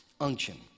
unction